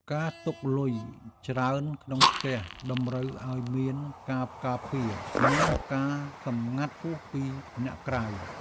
ការទុកលុយច្រើនក្នុងផ្ទះ តម្រូវឱ្យមានការការពារ និងការសម្ងាត់ខ្ពស់ពីអ្នកក្រៅ។